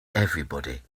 everybody